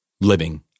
living